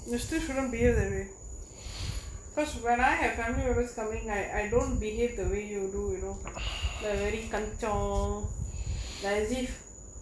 mister shouldn't be a the way because when I have family members coming I I don't behave the way you do you know இல்ல:illa very கஞ்சோ:kanjo life is if